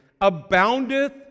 aboundeth